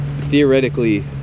theoretically